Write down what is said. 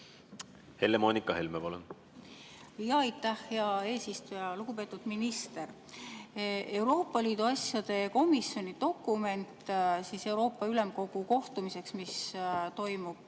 Helle-Moonika Helme, palun! Aitäh, hea eesistuja! Lugupeetud minister! Euroopa Liidu asjade komisjoni dokumendist Euroopa Ülemkogu kohtumiseks, mis toimub